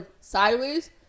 sideways